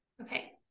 Okay